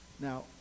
Now